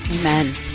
Amen